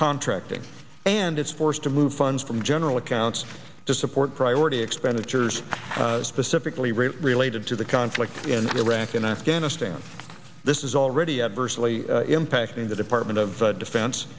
contracting and is forced to move funds from general accounts to support priority expenditures specifically related to the conflict in iraq and afghanistan this is already adversely impacting the department of defen